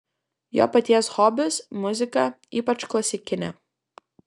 jo paties hobis muzika ypač klasikinė